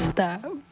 Stop